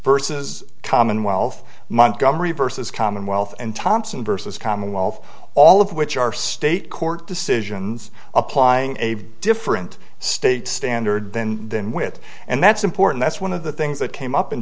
versus commonwealth montgomery versus commonwealth and thompson versus commonwealth all of which are state court decisions applying a different state standard than than with and that's important that's one of the things that came up